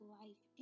life